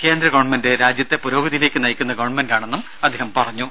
കേന്ദ്ര ഗവൺമെന്റ് രാജ്യത്തെ പുരോഗതിയിലേക്ക് നയിക്കുന്ന ഗവൺമെന്റാണെന്നും അദ്ദേഹം പറഞ്ഞു